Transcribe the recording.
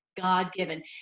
God-given